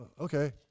okay